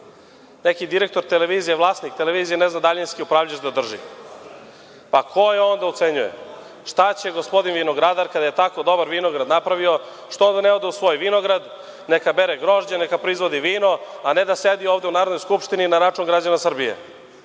neki direktor, vlasnik televizije ne zna daljinski upravljač da drži. Ko je on da ocenjuje? Šta će gospodin vinogradar, kada je tako dobar vinograd napravio, što ne ode u svoj vinograd, neka bere grožđe, neka proizvodi vino, a ne da sedi ovde u Narodnoj skupštini na račun građana Srbije.